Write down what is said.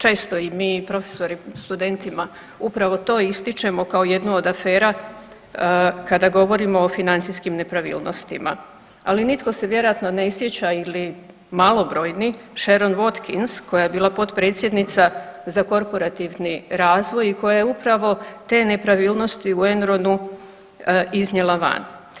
Često i mi profesori studentima upravo to ističemo kao jednu od afera kada govorimo o financijskim nepravilnostima, ali nitko se vjerojatno ne sjeća ili malobrojni Sherron Watkins koja je bila potpredsjednica za korporativni razvoj i koja je upravo te nepravilnosti u Enronu iznijela van.